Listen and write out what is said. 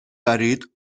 دارید